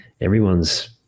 Everyone's